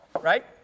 right